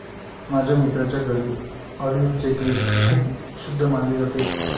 माझ्या मित्राच्या घरी ऑलिव्हचे तेल खूप शुद्ध मानले जाते